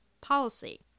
policy